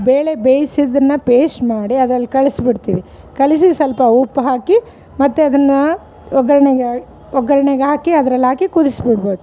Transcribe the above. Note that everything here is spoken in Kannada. ಬೇಳೆ ಬೇಯಿಸಿದ್ನ ಪೇಸ್ಟ್ ಮಾಡಿ ಅದ್ರಲ್ಲಿ ಕಲ್ಸಿಬಿಡ್ತೀವಿ ಕಲಿಸಿ ಸ್ವಲ್ಪ ಉಪ್ಪು ಹಾಕಿ ಮತ್ತು ಅದನ್ನು ಒಗ್ಗರ್ಣೆಗೆ ಒಗ್ಗರ್ಣೆಗೆ ಹಾಕಿ ಅದ್ರಲ್ಲಿ ಹಾಕಿ ಕುದಿಸಿಬಿಡ್ಬೇಕ್